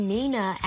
Nina